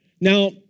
Now